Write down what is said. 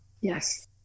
Yes